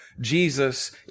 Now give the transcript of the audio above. Jesus